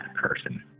person